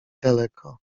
daleko